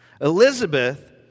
Elizabeth